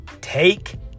Take